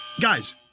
Guys